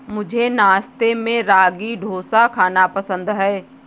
मुझे नाश्ते में रागी डोसा खाना पसंद है